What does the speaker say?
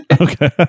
Okay